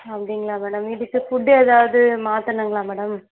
அப்படிங்களா மேடம் இதுக்கு ஃபுட்டு எதாவது மாற்றணுங்களா மேடம்